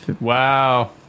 Wow